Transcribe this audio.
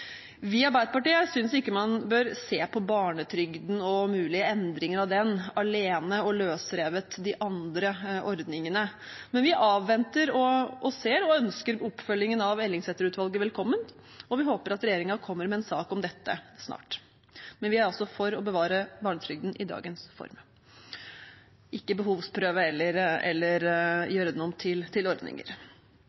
Vi i Arbeiderpartiet synes ikke man bør se på barnetrygden og mulige endringer av den alene, løsrevet fra de andre ordningene. Men vi avventer og ser og ønsker oppfølgingen av Ellingsæter-utvalget velkommen, og vi håper at regjeringen kommer med en sak om dette snart. Vi er altså for å bevare barnetrygden i dagens form, ikke å behovsprøve den eller